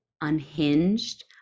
Unhinged